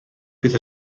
bydd